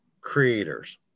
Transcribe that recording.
creators